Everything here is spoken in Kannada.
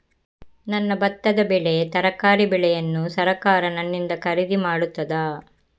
ನನ್ನ ಭತ್ತದ ಬೆಳೆ, ತರಕಾರಿ ಬೆಳೆಯನ್ನು ಸರಕಾರ ನನ್ನಿಂದ ಖರೀದಿ ಮಾಡುತ್ತದಾ?